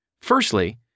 Firstly